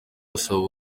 basaba